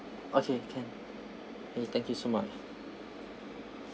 okay can K thank you so much